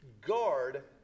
guard